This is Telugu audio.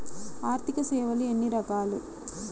ఆర్థిక సేవలు ఎన్ని రకాలు?